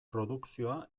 produkzioa